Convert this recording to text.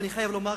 ואני חייב לומר,